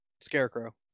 Scarecrow